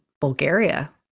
Bulgaria